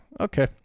okay